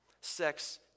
Sex